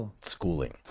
schooling